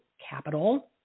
capital